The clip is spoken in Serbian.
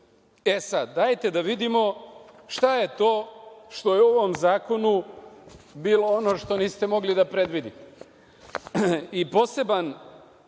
E, sad, dajte da vidimo šta je to što je u ovom zakonu bilo ono što niste mogli da predvidite. Poseban,